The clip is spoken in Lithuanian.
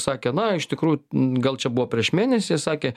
sakė na iš tikrųjų gal čia buvo prieš mėnesį sakė